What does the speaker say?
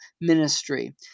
ministry